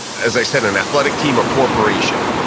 as i said, an athletic team or corporation.